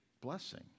blessing